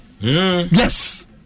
yes